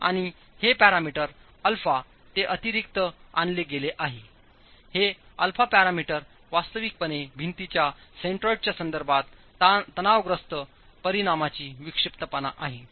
आणि हे पॅरामीटर α ते अतिरिक्तपणे आणले गेले आहेहे α पॅरामीटर वास्तविकपणे भिंतीच्या सेंट्रोइडच्या संदर्भात तणावग्रस्त परिणामाची विक्षिप्तपणा आहे